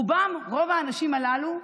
רובם, רוב האנשים הללו,